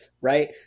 right